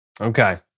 Okay